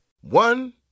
One